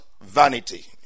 vanity